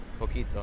Poquito